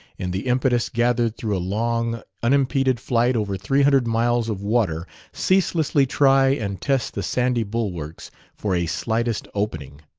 in the impetus gathered through a long, unimpeded flight over three hundred miles of water, ceaselessly try and test the sandy bulwarks for a slightest opening.